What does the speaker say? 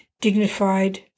dignified